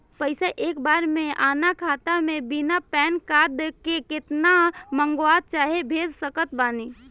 पैसा एक बार मे आना खाता मे बिना पैन कार्ड के केतना मँगवा चाहे भेज सकत बानी?